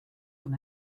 una